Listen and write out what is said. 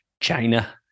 china